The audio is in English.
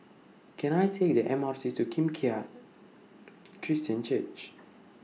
Can I Take The M R T to Kim Keat Christian Church